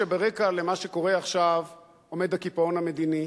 שברקע של מה שקורה עכשיו עומד הקיפאון המדיני,